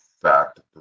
Fact